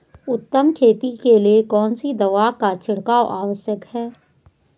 उत्तम खेती के लिए कौन सी दवा का छिड़काव आवश्यक है?